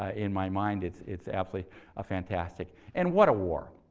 ah in my mind. it's it's absolutely ah fantastic. and what a war.